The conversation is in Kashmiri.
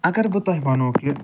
اَگر بہٕ تۄہہِ وَنہو کہِ